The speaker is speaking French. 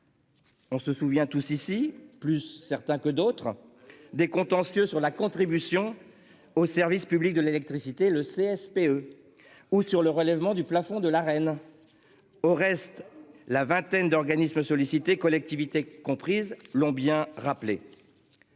On se souvient tous ici plus certain que d'autres des contentieux sur la contribution au service public de l'électricité le CSPE. Ou sur le relèvement du plafond de la reine. Au reste, la vingtaine d'organismes sollicités collectivités comprise l'ont bien rappelé.